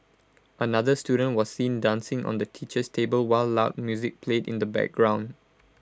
another student was seen dancing on the teacher's table while loud music played in the background